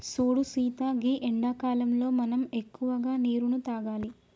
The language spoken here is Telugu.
సూడు సీత గీ ఎండాకాలంలో మనం ఎక్కువగా నీరును తాగాలి